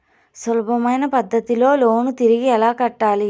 సులభమైన పద్ధతిలో లోను తిరిగి ఎలా కట్టాలి